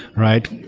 right?